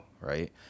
Right